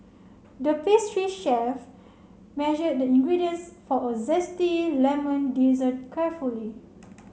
the pastry chef measured the ingredients for a zesty lemon dessert carefully